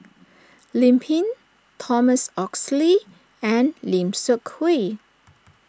Lim Pin Thomas Oxley and Lim Seok Hui